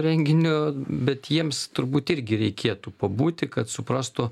renginiu bet jiems turbūt irgi reikėtų pabūti kad suprastų